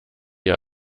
ihr